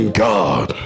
god